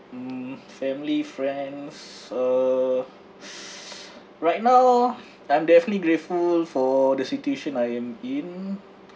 um family friends uh right now I'm definitely grateful for the situation I am in